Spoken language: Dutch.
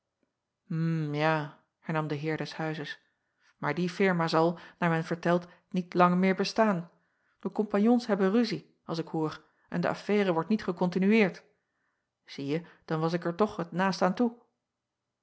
ja hernam de heer des huizes maar die firma zal naar men vertelt niet lang meer bestaan de compagnons hebben ruzie als ik hoor en de affaire wordt niet gekontinueerd ieje dan was ik er toch het naast aan toe